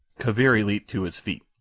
kaviri leaped to his feet.